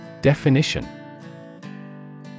Definition